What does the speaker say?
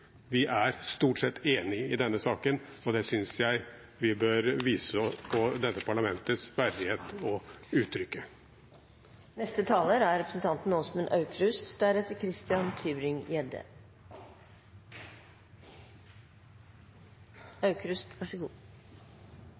Vi er stort sett enig i denne saken, og det synes jeg vi bør vise og uttrykke, for dette parlamentets verdighet. I løpet av mitt liv er